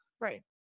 right